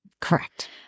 Correct